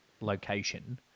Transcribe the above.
location